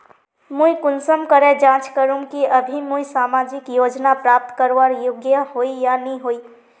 मुई कुंसम करे जाँच करूम की अभी मुई सामाजिक योजना प्राप्त करवार योग्य होई या नी होई?